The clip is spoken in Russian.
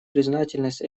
признательность